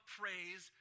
praise